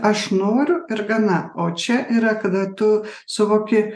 aš noriu ir gana o čia yra kada tu suvoki